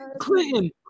Clinton